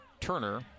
Turner